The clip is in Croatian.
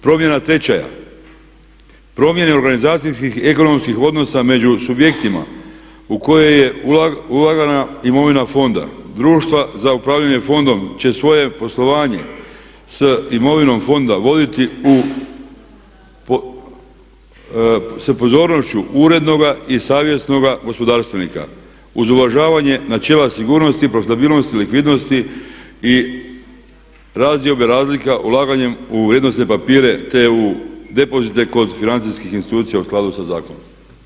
Promjena tečaja, promjene organizacijskih i ekonomskih odnosa među subjektima u koje je ulagana imovina fonda, društva za upravljanje fondom će svoje poslovanje s imovinom fonda voditi sa pozornošću urednoga i savjesnoga gospodarstvenika uz uvažavanje načela sigurnosti, profitabilnosti, likvidnosti i razdiobe razlika ulaganjem u vrijednosne papire te u depozite kod financijskih institucija u skladu sa zakonom.